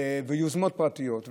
יוזמות פרטיות,